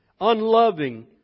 Unloving